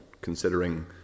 considering